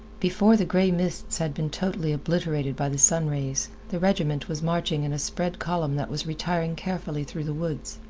before the gray mists had been totally obliterated by the sun rays, the regiment was marching in a spread column that was retiring carefully through the woods.